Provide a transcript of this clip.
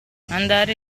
andare